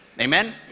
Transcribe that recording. Amen